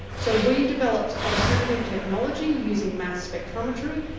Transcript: so we developed alternative technology using mass spectrometry,